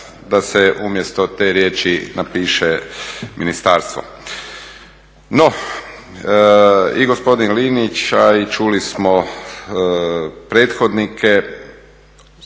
da se umjesto te riječi napiše ministarstvo. No, i gospodin Linić, a i čuli smo prethodnike,